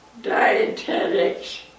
dietetics